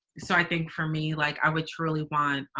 so i think for me, like, i would truly want,